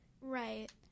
Right